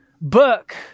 book